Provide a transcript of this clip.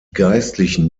geistlichen